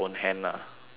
in a sense